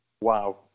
Wow